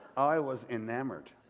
i was enamoured.